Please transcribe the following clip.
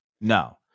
No